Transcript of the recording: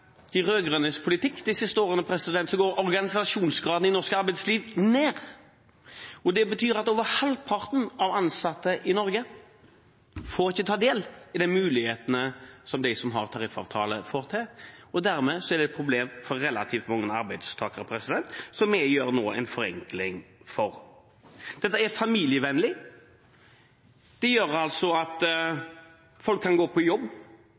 politikk de siste årene går organisasjonsgraden i norsk arbeidsliv ned. Det betyr at over halvparten av ansatte i Norge ikke får ta del i de mulighetene som de som har tariffavtale, får, og dermed er det et problem for relativt mange arbeidstakere, som vi nå gjør en forenkling for. Dette er familievennlig, det gjør at folk kan gå på jobb,